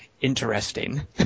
interesting